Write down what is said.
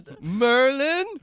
Merlin